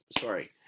sorry